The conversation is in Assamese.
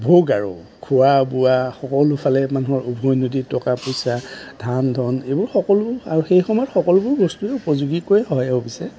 ভোগ আৰু মানুহৰ খোৱা বোৱা সকলো ফালে মানুহৰ উভৈনদী টকা পইচা ধান ধন এইবোৰ সকলো আৰু সেই সময়ত সকলোবোৰ বস্তুৱে উপযোগীকৈয়ে হয় অৱশ্যে